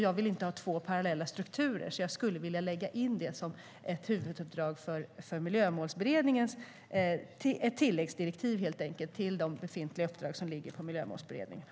Jag vill inte ha två parallella strukturer och skulle därför vilja lägga in det som ett huvuduppdrag till Miljömålsberedningen, helt enkelt ett tilläggsdirektiv till de befintliga uppdrag som ligger på Miljömålsberedningen.